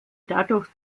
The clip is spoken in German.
dadurch